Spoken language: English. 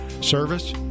Service